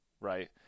right